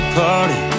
party